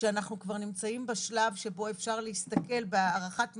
שאנחנו כבר נמצאים בשלב שבו אפשר להסתכל בהערכת מצב,